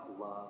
love